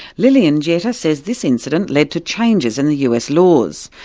lillian jetta says this incident led to changes in the us laws,